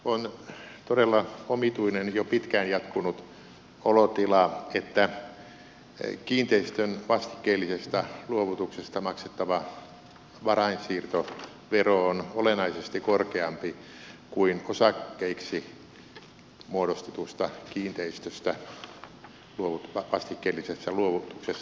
on todella omituinen jo pitkään jatkunut olotila että kiinteistön vastikkeellisesta luovutuksesta maksettava varainsiirtovero on olennaisesti korkeampi kuin osakkeiksi muodostetusta kiinteistöstä vastikkeellisessa luovutuksessa maksettava varainsiirtovero